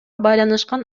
байланышкан